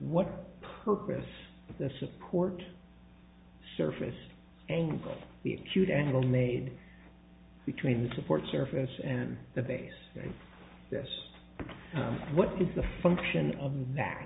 what purpose the support surface and the cute angle made between the support surface and the base this what is the function of that